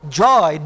joy